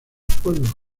pueblo